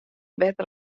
better